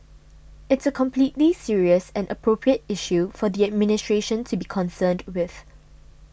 it's a completely serious and appropriate issue for the administration to be concerned with